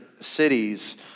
cities